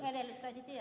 arvoisa puhemies